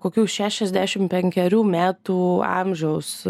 kokių šešiasdešim penkerių metų amžiaus